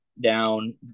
down